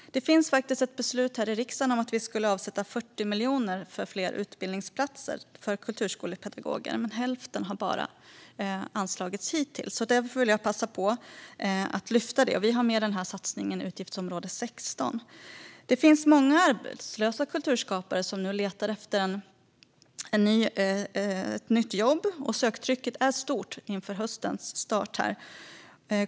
Det finns faktiskt ett beslut här i riksdagen om att avsätta för 40 miljoner för fler utbildningsplatser för kulturskolepedagoger, men bara hälften har anslagits hittills. Därför vill jag passa på att lyfta fram vår satsning som vi har på utgiftsområde 16. Det finns många arbetslösa kulturskapare som nu letar efter ett nytt jobb, och söktrycket är stort inför höstens start.